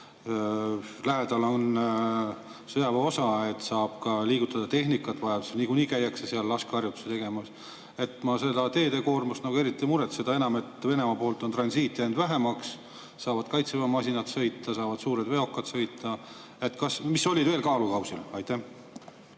Lähedal on sõjaväeosa, saab liigutada tehnikat vajaduse korral, niikuinii käiakse seal laskeharjutusi tegemas. Ma teede koormuse pärast eriti ei muretse, seda enam, et Venemaa poolt on transiit jäänud vähemaks, saavad kaitseväe masinad sõita, saavad suured veokid sõita. Mis olid veel kaalukausil? Aitäh,